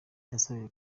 yasabiwe